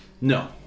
No